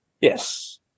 Yes